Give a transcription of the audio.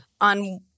on –